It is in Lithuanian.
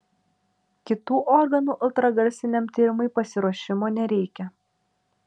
kitų organų ultragarsiniam tyrimui pasiruošimo nereikia